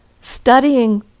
Studying